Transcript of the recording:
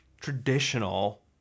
traditional